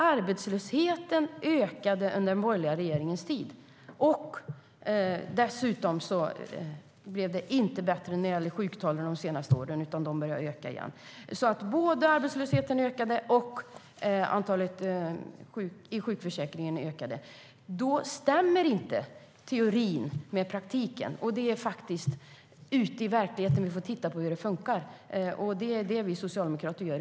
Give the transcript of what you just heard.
Arbetslösheten ökade under den borgerliga regeringens tid. Dessutom blev det inte bättre under de senaste åren när det gäller sjuktalen, utan de började öka igen. Både arbetslösheten och antalet människor i sjukförsäkringen ökade alltså. Då stämmer inte teorin med praktiken. Och det är faktiskt ute i verkligheten som vi får titta på hur det funkar. Det är det som vi socialdemokrater gör.